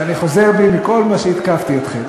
ואני חוזר בי מכל מה שהתקפתי אתכם.